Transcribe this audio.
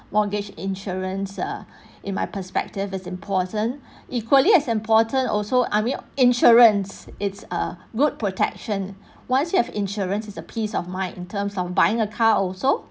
mortgage insurance uh in my perspective is important equally as important also I mean insurance is a good protection once you have insurance is a peace of mind in terms of buying a car also